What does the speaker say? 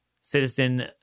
citizen